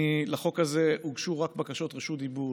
לחוק הזה הוגשו רק בקשות רשות דיבור,